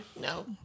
No